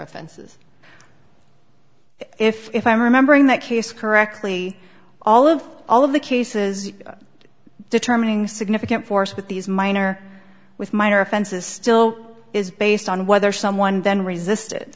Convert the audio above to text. offenses if i'm remembering that case correctly all of all of the cases determining significant force with these minor with minor offenses still is based on whether someone then resisted